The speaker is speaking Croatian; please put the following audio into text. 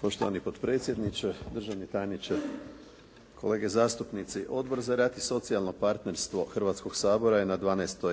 Poštovani predsjedniče, državni tajniče, kolege zastupnici. Odbor za rad i socijalno partnerstvo Hrvatskog sabora na 12.